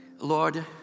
Lord